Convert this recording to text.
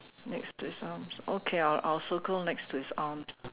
next to his arms okay I'll I'll circle next to his arms